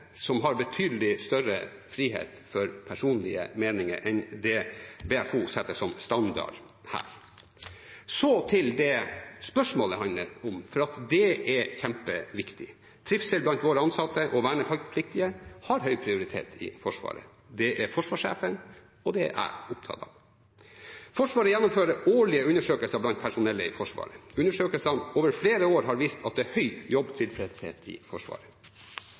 som har betydelig større frihet for personlige meninger enn det BFO setter som standard her. Så til det spørsmålet handler om, for det er kjempeviktig: Trivsel blant våre ansatte og vernepliktige har høy prioritet i Forsvaret. Det er forsvarssjefen og jeg opptatt av. Forsvaret gjennomfører årlige undersøkelser blant personellet i Forsvaret. Undersøkelsene har over flere år vist at det er høy jobbtilfredshet i Forsvaret.